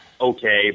okay